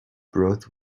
broth